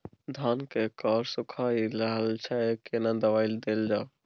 धान के कॉर सुइख रहल छैय केना दवाई देल जाऊ?